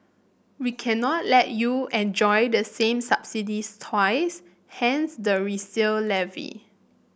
we cannot let you enjoy the same subsidies twice hence the resale levy